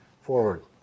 forward